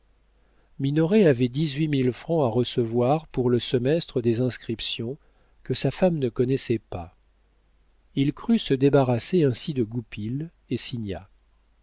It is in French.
avait dix-huit mille francs à recevoir pour le semestre des inscriptions que sa femme ne connaissait pas il crut se débarrasser ainsi de goupil et signa